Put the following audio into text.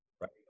right